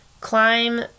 climb